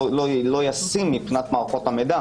זה לא משהו מאפשר אלא מחייב.